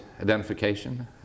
identification